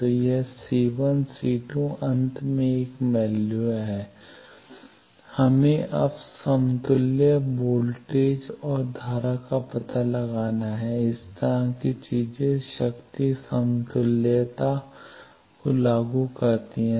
तो यह C1 C2 अंत में एक मूल्य है हमें अब समतुल्य वोल्टेज और धारा का पता लगाना है इस तरह की चीजें शक्ति समतुल्यता को लागू करती हैं